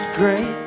great